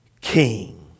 king